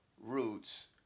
roots